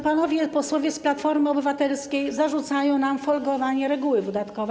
Panowie posłowie z Platformy Obywatelskiej zarzucają nam folgowanie regule wydatkowej.